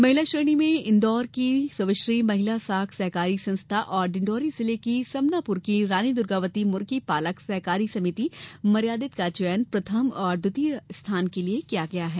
महिला श्रेणी में इंदौर की स्वश्री महिला साख सहकारी संस्था और डिण्डौरी जिले की समनापुर की रानी दुर्गावती मुर्गी पालक सहकारी समिति मर्यादित का चयन प्रथम और द्वितीय स्थान के लिये किया गया है